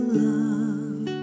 love